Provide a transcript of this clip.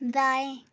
दाएँ